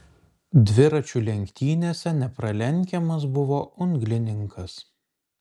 dviračių lenktynėse nepralenkiamas buvo unglininkas